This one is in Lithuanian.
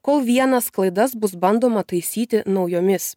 kol vienas klaidas bus bandoma taisyti naujomis